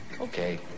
okay